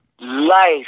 life